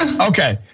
Okay